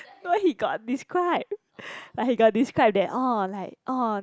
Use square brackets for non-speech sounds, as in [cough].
no he got describe [laughs] like he got describe that orh like orh